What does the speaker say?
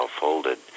folded